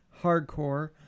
hardcore